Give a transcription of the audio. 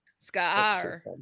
scar